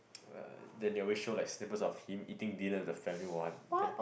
uh then they always show like snippets of him eating dinner as the family want then